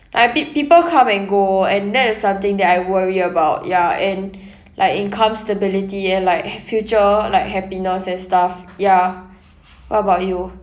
like peo~ people come and go and that is something that I worry about ya and like income stability and like future like happiness and stuff ya what about you